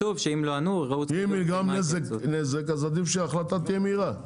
אם נגרם נזק, אז עדיף שההחלטה תהיה מהירה.